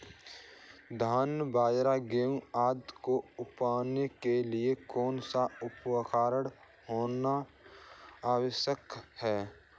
धान बाजरा गेहूँ आदि को मापने के लिए कौन सा उपकरण होना आवश्यक है?